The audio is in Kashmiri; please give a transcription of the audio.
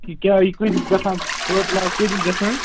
یہِ کیٛاہ ہ یہِ کۭتِس گژھان بٲتَل اَکھ کۭتِس گژھان